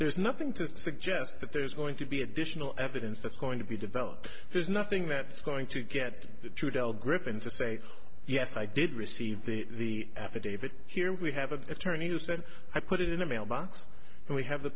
there's nothing to suggest that there's going to be additional evidence that's going to be developed there's nothing that's going to get to tell griffin to say yes i did receive the affidavit here we have an attorney who said i put it in a mailbox and we have the